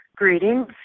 Greetings